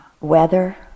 weather